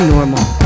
Normal